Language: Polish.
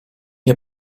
nie